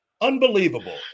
unbelievable